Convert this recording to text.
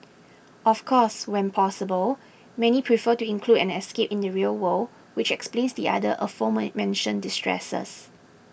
of course when possible many prefer to include an escape in the real world which explains the other aforementioned distresses